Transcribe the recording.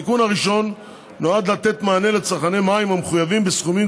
התיקון הראשון נועד לתת מענה לצרכני מים המחויבים בסכומים